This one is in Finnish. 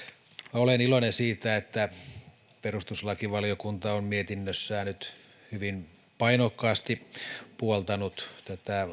olen iloinen siitä että perustuslakivaliokunta on mietinnössään nyt hyvin painokkaasti puoltanut tätä